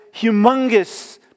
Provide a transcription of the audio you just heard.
humongous